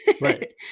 Right